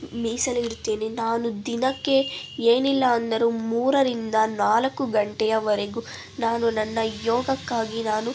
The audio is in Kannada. ಮೀಸಲು ಇಡುತ್ತೇನೆ ನಾನು ದಿನಕ್ಕೆ ಏನಿಲ್ಲಾ ಅಂದರೂ ಮೂರರಿಂದ ನಾಲ್ಕು ಗಂಟೆಯವರೆಗೂ ನಾನು ನನ್ನ ಯೋಗಕ್ಕಾಗಿ ನಾನು